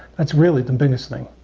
that's really the biggest thing.